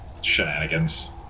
shenanigans